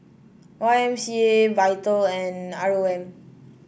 Y M C A Vital and R O M